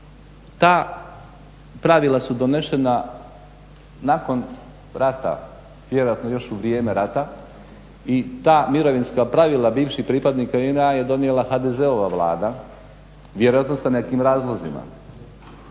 ta pravila su donesena nakon rata, vjerojatno još u vrijeme rata i ta mirovinska pravila bivših pripadnika JNA je donijela HDZ-ova Vlada vjerojatno sa nekim razlozima.